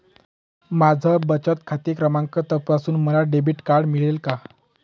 माझा बचत खाते क्रमांक तपासून मला डेबिट कार्ड मिळेल का?